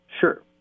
Sure